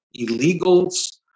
illegals